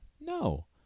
no